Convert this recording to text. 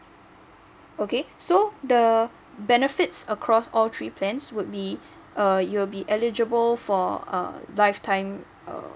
okay so the benefits across all three plans would be uh you'll be eligible for uh lifetime err